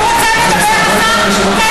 הוא רוצה לדבר על זה,